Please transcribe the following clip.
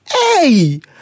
Hey